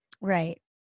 Right